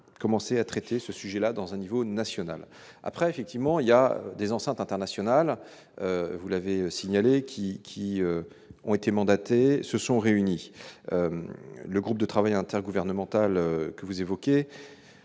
commencer à traiter ce sujet-là dans un niveau national après effectivement il y a des enceintes internationales, vous l'avez signalé qui qui ont été mandatés se sont réunis, le groupe de travail intergouvernemental que vous évoquez